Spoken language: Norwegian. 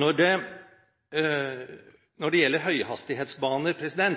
Når det gjelder høyhastighetsbaner, ble det